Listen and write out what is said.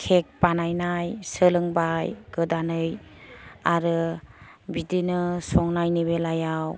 cake बानायनाय सोलोंबाय गोदानै आरो बिदिनो संनायनि बेलायाव